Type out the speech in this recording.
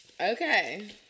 Okay